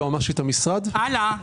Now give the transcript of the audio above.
הלאה.